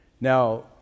now